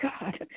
God